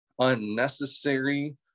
unnecessary